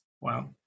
Wow